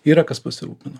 yra kas pasirūpina